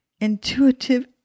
intuitive